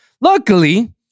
Luckily